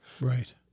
Right